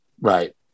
right